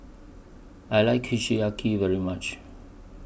I like Kushiyaki very much